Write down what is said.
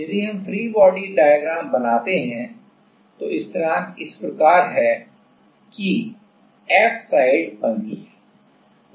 यदि हम free body diagram बनाते हैं तो स्थिरांक इस प्रकार हैं यह F साइड बंधी है